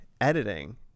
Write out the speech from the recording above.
editing